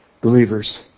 believers